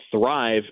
thrive